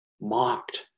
mocked